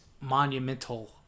monumental